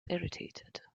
irritated